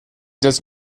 does